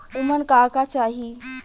उमन का का चाही?